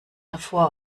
davor